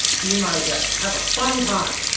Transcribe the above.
be my guest, have a fun time!